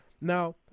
Now